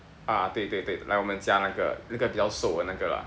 ah 对对对来我们家那个那个比较搜的那个啦